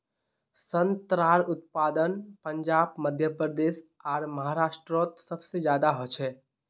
संत्रार उत्पादन पंजाब मध्य प्रदेश आर महाराष्टरोत सबसे ज्यादा होचे